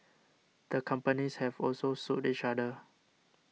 the companies have also sued each other